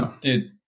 Dude